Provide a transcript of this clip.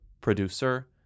producer